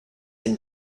him